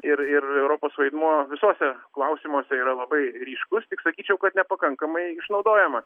ir ir europos vaidmuo visuose klausimuose yra labai ryškus tik sakyčiau kad nepakankamai išnaudojama